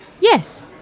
Yes